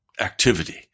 activity